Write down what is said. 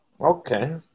Okay